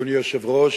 אדוני היושב-ראש,